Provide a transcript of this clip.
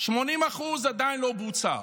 80% עדיין לא בוצע.